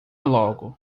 logo